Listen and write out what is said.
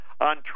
on